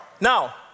Now